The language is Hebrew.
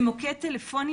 זה מוקד טלפוני,